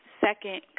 second